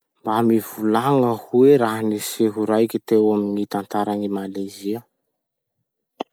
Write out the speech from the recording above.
Mba mivolagna hoe raha-niseho raiky teo amy gny tantaran'i Malezia?